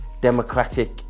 democratic